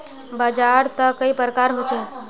बाजार त कई प्रकार होचे?